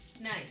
Nice